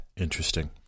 Interesting